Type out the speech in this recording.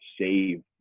save